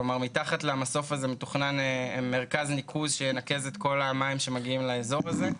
מתחת למסוף הזה מתוכנן מרכז ניקוז שינקז את כל המים שמגיעים לאזור הזה.